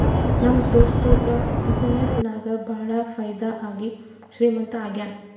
ನಮ್ ದೋಸ್ತುಗ ಬಿಸಿನ್ನೆಸ್ ನಾಗ್ ಭಾಳ ಫೈದಾ ಆಗಿ ಶ್ರೀಮಂತ ಆಗ್ಯಾನ